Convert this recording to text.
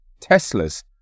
Teslas